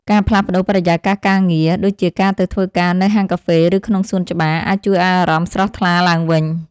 ការផ្លាស់ប្តូរបរិយាកាសការងារ ដូចជាការទៅធ្វើការនៅហាងកាហ្វេ ឬក្នុងសួនច្បារ អាចជួយឱ្យអារម្មណ៍ស្រស់ថ្លាឡើងវិញ។